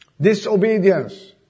Disobedience